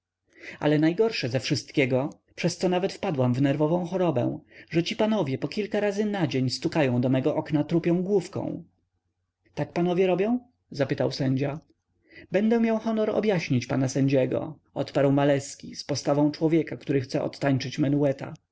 ale najgorsze ze wszystkiego przezco nawet wpadłam w nerwową chorobę że ci panowie po kilka razy na dzień stukają do mego okna trupią główką tak panowie robią zapytał sędzia będę miał honor objaśnić pana sędziego odparł maleski z postawą człowieka który chce odtańczyć